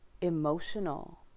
emotional